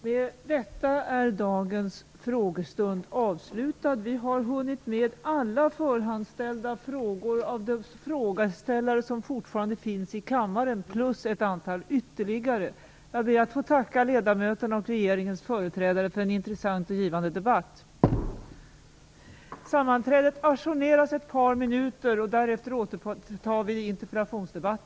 Med detta är dagens frågestund avslutad. Vi har hunnit med alla förhandsställda frågor av de frågeställare som fortfarande finns i kammaren plus ytterligare ett antal. Jag ber att få tacka ledamöterna och regeringens företrädare för en intressant och givande debatt.